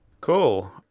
Cool